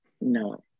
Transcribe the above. No